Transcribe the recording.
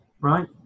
Right